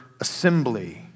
assembly